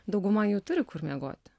dauguma jų turi kur miegot